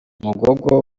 umugogo